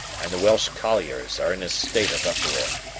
and the welsh colliers are in a state of uproar.